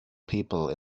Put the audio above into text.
people